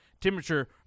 temperature